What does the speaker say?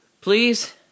Please